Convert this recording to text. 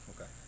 Okay